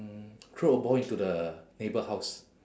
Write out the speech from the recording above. mm throw a ball into the neighbour house